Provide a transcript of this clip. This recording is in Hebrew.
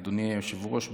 אדוני היושב-ראש,